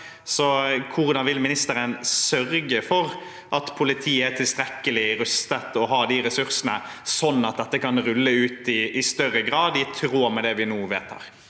Hvordan vil ministeren sørge for at politiet er tilstrekkelig rustet, at de har ressursene de trenger, sånn at dette kan rulles ut i større grad, i tråd med det vi nå vedtar?